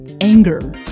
anger